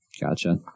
gotcha